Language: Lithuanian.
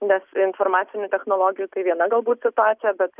nes informacinių technologijų tai viena galbūt situacija bet